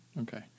Okay